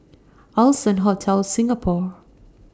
Allson Hotel Singapore